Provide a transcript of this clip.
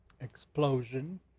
Explosion